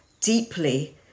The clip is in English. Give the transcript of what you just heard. deeply